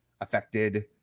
affected